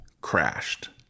crashed